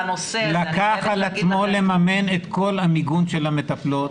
לקח על עצמו לממן את כל המיגון של המטפלות.